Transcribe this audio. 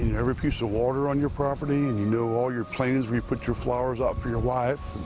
every piece of water on your property and you know all your plants where you put your flowers out for your wife.